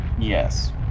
Yes